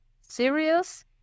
serious